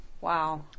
Wow